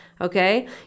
okay